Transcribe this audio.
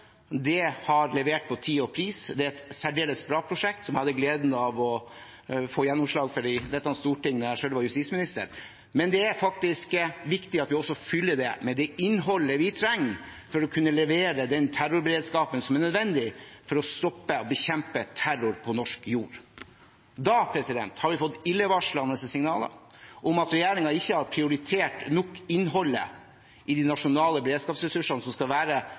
det er levert på tid og pris. Det er et særdeles bra prosjekt, som jeg hadde gleden av å få gjennomslag for i dette storting da jeg selv var justisminister. Men det er faktisk viktig at vi også fyller det med det innholdet vi trenger for å kunne levere den terrorberedskapen som er nødvendig for å stoppe og bekjempe terror på norsk jord. Vi har fått illevarslende signaler om at regjeringen ikke har prioritert nok innholdet i det nasjonale beredskapsressursene som skal være